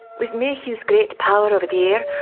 with mayhew's great power over the air,